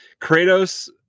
Kratos